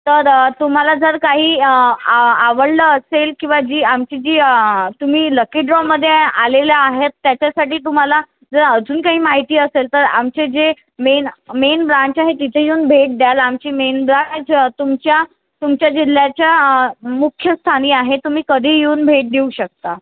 तर तुम्हाला जर काही आवडलं असेल किंवा जी आमची जी तुम्ही लकी ड्रॉमध्ये आलेले आहेत त्याच्यासाठी तुम्हाला जर अजून काही माहिती असेल तर आमचं जे मेन मेन ब्रँच आहे तिथे येऊन भेट द्याल आमची मेन ब्रँच तुमच्या तुमच्या जिल्ह्याच्या मुख्य स्थानी आहे तुम्ही कधीही येऊन भेट देऊ शकता